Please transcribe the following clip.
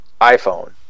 iPhone